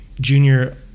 Junior